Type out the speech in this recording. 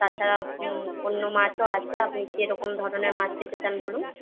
তাছাড়া অন্য মাছও আছে আপনি কীরকম ধরনের মাছ খেতে চান বলুন